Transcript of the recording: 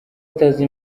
atazi